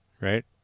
right